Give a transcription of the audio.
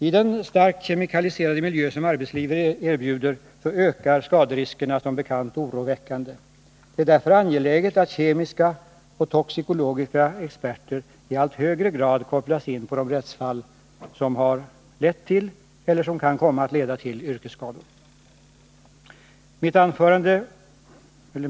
I den starkt kemikaliserade miljö som arbetslivet erbjuder ökar skaderiskerna som bekant oroväckande. Det är därför angeläget att kemiska och toxikologiska experter i allt högre grad kopplas in i rättsfall som gäller yrkesskador som uppstått eller kan komma att uppstå.